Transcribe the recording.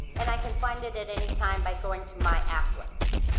and i can find it at any time by going to my applets.